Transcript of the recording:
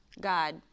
God